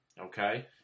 Okay